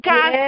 God